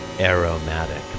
Aromatic